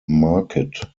market